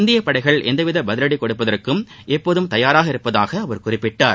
இந்திய படைகள் எந்தவித பதிவடி கொடுப்பதற்கும் எப்போதும் தயாராக இருப்பதாக அவர் குறிப்பிட்டார்